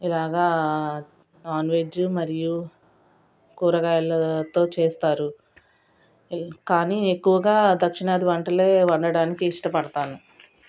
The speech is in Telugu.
ఇలాగ నాన్వెజ్ మరియు కూరగాయలతో చేస్తారు కానీ ఎక్కువగా దక్షిణాది వంటలే వండడానికి ఇష్టపడుతాను